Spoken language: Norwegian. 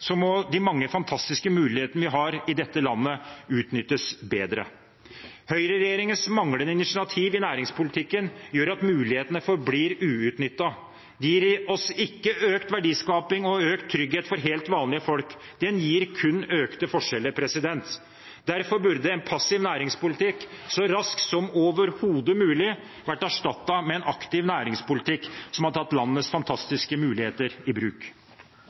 så høyt på agendaen som den faktisk er. Det synes jeg denne saken fortjener. Skal vi lykkes, må de mange fantastiske mulighetene vi har i dette landet, utnyttes bedre. Høyreregjeringens manglende initiativ i næringspolitikken gjør at mulighetene forblir uutnyttet. Den gir oss ikke økt verdiskaping og økt trygghet for helt vanlige folk. Den gir kun økte forskjeller. Derfor burde en passiv næringspolitikk så raskt som overhodet mulig vært erstattet med en aktiv næringspolitikk som hadde tatt